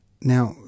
Now